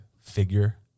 figure